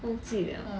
忘记了